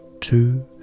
two